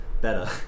better